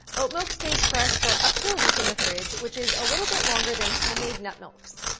oat milk stays fresh for up to week in the fridge, which is a little bit longer than home made nut milks.